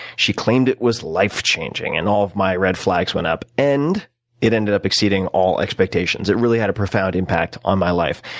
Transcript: she claimed it was life-changing and all of my red flags went up. and it ended up exceeding all my expectations it really had a profound impact on my life.